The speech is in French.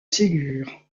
ségur